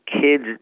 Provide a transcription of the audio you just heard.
kids